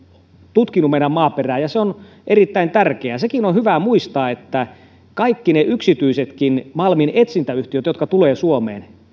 tutkinut meidän maaperää ja se on erittäin tärkeää sekin on hyvä muistaa että kaikki ne yksityisetkin malminetsintäyhtiöt jotka tulevat suomeen